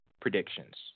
predictions